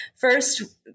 first